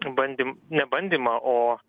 bandym ne bandymą o